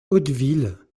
hauteville